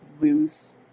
lose